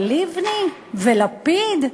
אבל לבני ולפיד?